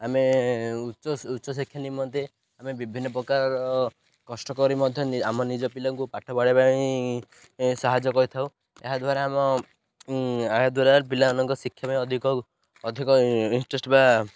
ଆମେ ଉଚ୍ଚ ଉଚ୍ଚ ଶିକ୍ଷା ନିମନ୍ତେ ଆମେ ବିଭିନ୍ନ ପ୍ରକାର କଷ୍ଟ କରି ମଧ୍ୟ ଆମ ନିଜ ପିଲାଙ୍କୁ ପାଠ ପଢ଼ାଇବା ପାଇଁ ସାହାଯ୍ୟ କରିଥାଉ ଏହାଦ୍ୱାରା ଆମ ଏହାଦ୍ୱାରା ପିଲାମାନଙ୍କ ଶିକ୍ଷା ପାଇଁ ଅଧିକ ଅଧିକ ଇଣ୍ଟରେଷ୍ଟ ବା